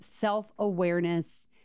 self-awareness